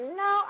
no